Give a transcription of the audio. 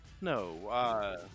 No